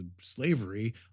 slavery